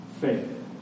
faith